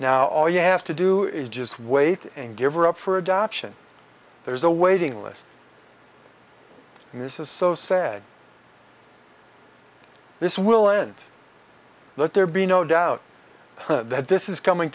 now all you have to do is just wait and give her up for adoption there's a waiting list and this is so sad this will end let there be no doubt that this is coming